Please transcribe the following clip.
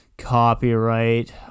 copyright